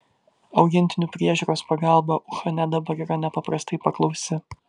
augintinių priežiūros pagalba uhane dabar yra nepaprastai paklausi